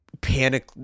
panic